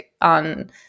on